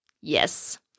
Yes